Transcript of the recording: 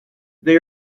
they